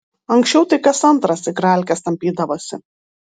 anksčiau tai kas antras igralkes tampydavosi